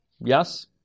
Yes